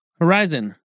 Horizon